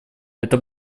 это